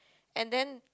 and then